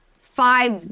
five